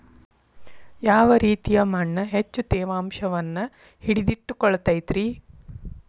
ಯಾವ ರೇತಿಯ ಮಣ್ಣ ಹೆಚ್ಚು ತೇವಾಂಶವನ್ನ ಹಿಡಿದಿಟ್ಟುಕೊಳ್ಳತೈತ್ರಿ?